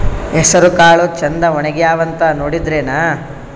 ಹೆಸರಕಾಳು ಛಂದ ಒಣಗ್ಯಾವಂತ ನೋಡಿದ್ರೆನ?